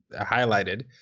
highlighted